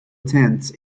attends